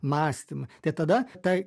mąstymui tai tada ta